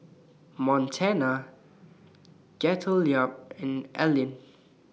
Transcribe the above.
Montana Gottlieb and Allyn